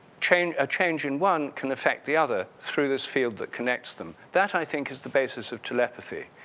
change a change in one can affect the other through this field that connects them. that i think is the basis of telepathy.